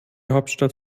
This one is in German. hauptstadt